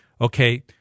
okay